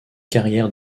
carrière